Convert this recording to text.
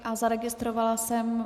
A zaregistrovala jsem...